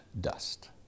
dust